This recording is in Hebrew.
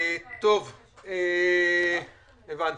הבנתי.